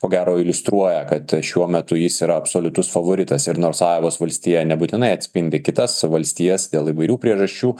ko gero iliustruoja kad šiuo metu jis yra absoliutus favoritas ir nors ajovos valstija nebūtinai atspindi kitas valstijas dėl įvairių priežasčių